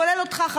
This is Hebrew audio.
כולל אותך,